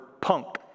punk